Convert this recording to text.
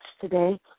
today